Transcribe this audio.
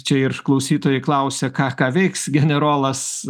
čia ir klausytojai klausia ką ką veiks generolas